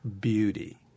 beauty